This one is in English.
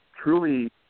truly